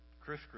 Chris